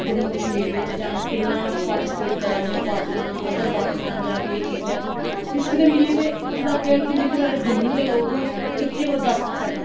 कशमीर च जां किन्ना पार्टीस्पेट करा दियां पार्टियां अदर पार्टियां जां केह् चीज ऐ इत्थै ते मिगी ते इत्थै तक है कि जेहकी साढ़े जम्मू दे लोक ना ओह् खिच्चियै कोई दस परसैंट